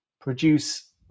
produce